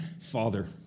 Father